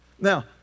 Now